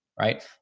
right